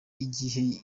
igihe